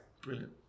brilliant